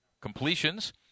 completions